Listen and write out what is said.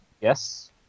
Yes